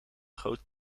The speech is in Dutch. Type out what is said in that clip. groot